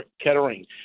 Kettering